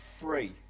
free